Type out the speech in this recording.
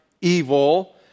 evil